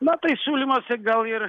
na tai siūlymas gal ir